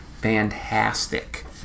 Fantastic